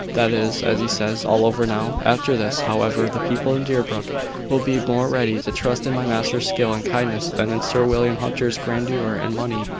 that is, as he says, all over now. after this, however, the people in deerbrook will be more ready to trust in my master's skill and kindness than in sir william hunter's grandeur and money,